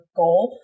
goal